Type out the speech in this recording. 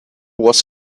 was